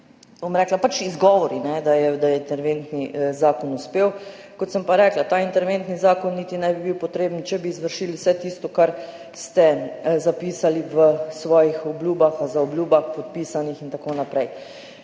bom rekla, pač izgovori, da je interventni zakon uspel. Kot sem pa rekla, ta interventni zakon niti ne bi bil potreben, če bi izvršili vse tisto, kar ste zapisali v svojih obljubah, zaobljubah, podpisanih in tako naprej.